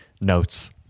notes